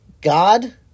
God